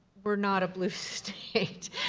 we are not a blue state.